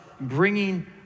bringing